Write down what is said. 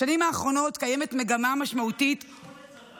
בשנים האחרונות קיימת מגמה משמעותית ומתמשכת של